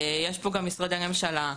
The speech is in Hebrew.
יש פה גם משרדי ממשלה.